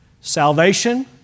salvation